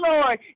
Lord